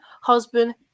husband